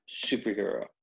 superhero